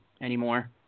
anymore